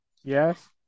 Yes